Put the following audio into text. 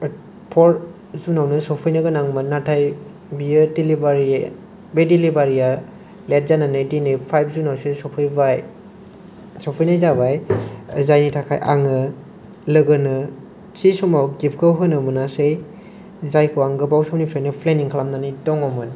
ओ फर जुनावनो सफैनो गोनांमोन नाथाय बियो देलिभारि बे देलिभारिआ लेट जानानै दिनै फाइफ जुनावसो सफैबाय सफैनाय जाबाय जायनि थाखाय आङो लोगोनो थि समाव गिफ्टखौ होनो मोनासै जायखौ आं गोबावसमनिफ्राय प्लेनिं खालामनानै दङमोन